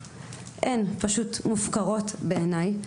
פשוט מופקרות בעיניי.